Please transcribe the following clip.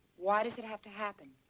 why does it have to happen?